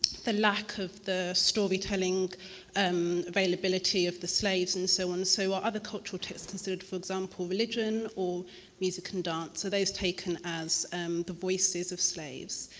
the lack of the storytelling um availability of the slaves and so on. so are other cultural texts considered, for example religion or music and dance? are those taken as the voices of slaves?